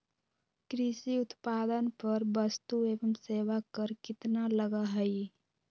कृषि उत्पादन पर वस्तु एवं सेवा कर कितना लगा हई?